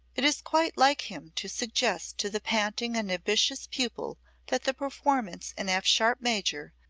it is quite like him to suggest to the panting and ambitious pupil that the performance in f sharp major,